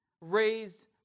raised